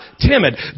timid